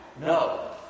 No